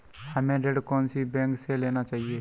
हमें ऋण कौन सी बैंक से लेना चाहिए?